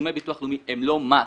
תשלומי ביטוח לאומי הם לא מס.